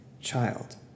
child